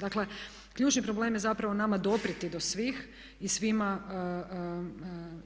Dakle, ključni problem je zapravo nama doprijeti do svih i svima